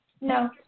no